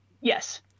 Yes